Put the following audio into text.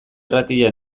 irratia